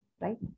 right